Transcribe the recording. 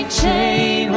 chain